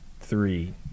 three